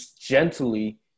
gently